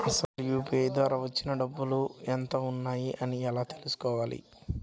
అసలు యూ.పీ.ఐ ద్వార వచ్చిన డబ్బులు ఎంత వున్నాయి అని ఎలా తెలుసుకోవాలి?